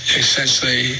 essentially